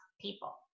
people